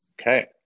Okay